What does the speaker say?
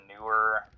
newer